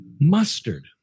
mustard